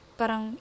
parang